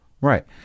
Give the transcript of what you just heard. right